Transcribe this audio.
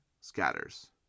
scatters